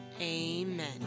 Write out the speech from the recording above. Amen